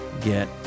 get